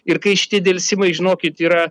ir kai šiti delsimai žinokit yra